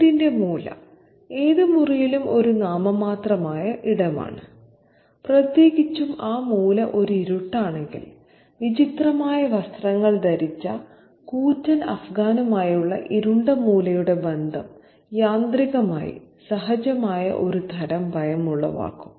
വീടിന്റെ മൂല ഏത് മുറിയിലും ഒരു നാമമാത്രമായ ഇടമാണ് പ്രത്യേകിച്ചും ആ മൂല ഒരു ഇരുട്ടാണെങ്കിൽ വിചിത്രമായ വസ്ത്രങ്ങൾ ധരിച്ച കൂറ്റൻ അഫ്ഗാനുമായുള്ള ഇരുണ്ട മൂലയുടെ ബന്ധം യാന്ത്രികമായി സഹജമായ ഒരുതരം ഭയം ഉളവാക്കും